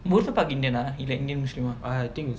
murtabak indian ah இல்ல:illa indian muslim